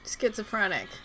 schizophrenic